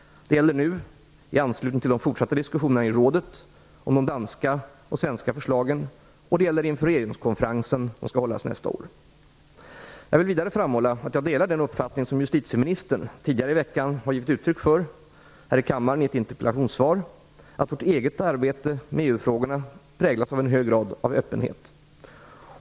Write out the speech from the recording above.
Det gäller nu i anslutning till de fortsatta diskussionerna i rådet om de danska och svenska förslagen, och det gäller inför regeringskonferensen nästa år. Jag vill vidare framhålla att jag delar den uppfattning som justitieministern tidigare i veckan gav uttryck för i ett interpellationssvar, nämligen att vårt eget arbete med EU-frågorna präglas av en hög grad av öppenhet.